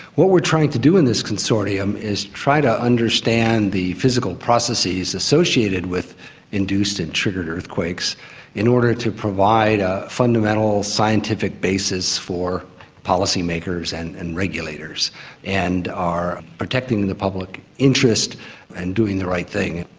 what we are trying to do in this consortium is try to understand the physical processes associated with induced and triggered earthquakes in order to provide a fundamental scientific basis for policy makers and and regulators and are protecting the public interest and doing the right thing.